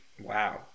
wow